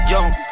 Young